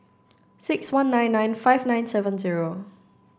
six one nine nine five nine seven zero